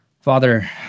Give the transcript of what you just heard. Father